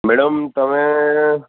madam તમે